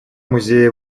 музее